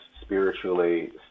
spiritually